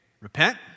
repent